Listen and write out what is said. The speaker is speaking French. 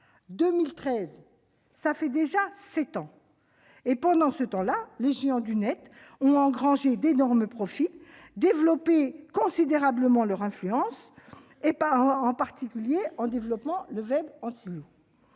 d'il y a sept ans ... Pendant ce temps-là, les géants du Net ont engrangé d'énormes profits et accru considérablement leur influence, en particulier en développant le web en silo.